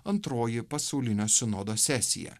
antroji pasaulinė sinodo sesija